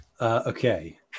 Okay